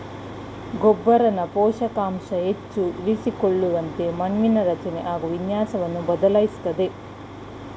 ಗೊಬ್ಬರನ ಪೋಷಕಾಂಶ ಹೆಚ್ಚು ಇರಿಸಿಕೊಳ್ಳುವಂತೆ ಮಣ್ಣಿನ ರಚನೆ ಹಾಗು ವಿನ್ಯಾಸವನ್ನು ಬದಲಾಯಿಸ್ತದೆ